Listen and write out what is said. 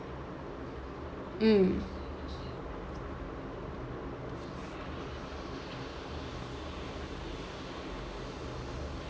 mm